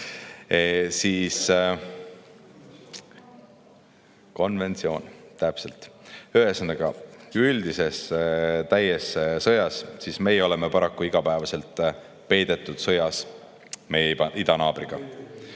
Konventsioon, täpselt! ... ühesõnaga, üldises täielikus sõjas, siis meie oleme paraku igapäevaselt peidetud sõjas meie idanaabriga.